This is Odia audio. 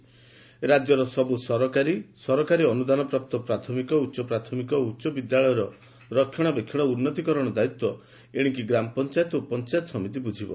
ରାକ୍ୟର ସବୁ ସରକାରୀ ଓ ସରକାର ଅନୁଦାନପ୍ରାପ୍ତ ପ୍ରାଥମିକ ଉଚ୍ଚପ୍ରାଥମିକ ଓ ଉଚ୍ଚବିଦ୍ୟାଳୟର ରକ୍ଷଶାବେକ୍ଷଣ ଓ ଉନ୍ନତିକରଣ ଦାୟିତ୍ୱ ଏଶିକି ଗ୍ରାମପଞାୟତ ଓ ପଞାୟତ ସମିତି ବୁଝିବ